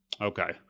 Okay